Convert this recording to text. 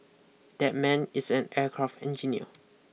that man is an aircraft engineer